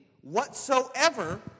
whatsoever